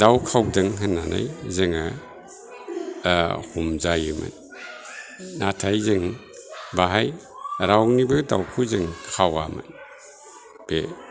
दाउ खावदों होननानै जोङो हमजायोमोन नाथाय जों बेहाय रावनिबो दाउखौ जों खावामोन बे